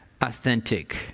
authentic